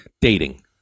dating